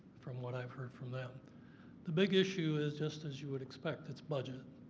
from what i've heard from them the big issue is just as you would expect. it's budget.